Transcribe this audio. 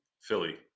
Philly